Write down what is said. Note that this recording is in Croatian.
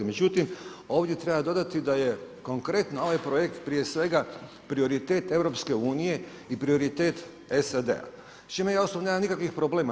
Međutim ovdje treba dodati da je konkretno ovaj projekt prije svega prioritet EU i prioritet SAD-a s čime ja osobno nemam nikakvih problema.